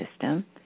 system